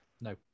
no